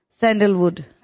Sandalwood